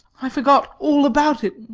i forgot all about it.